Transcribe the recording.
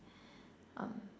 um